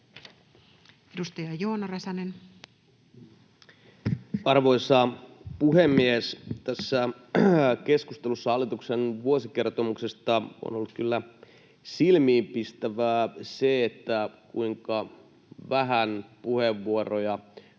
Edustaja Joona Räsänen. Arvoisa puhemies! Tässä keskustelussa hallituksen vuosikertomuksesta on ollut kyllä silmiinpistävää se, kuinka vähän puheenvuoroja